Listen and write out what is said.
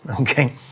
okay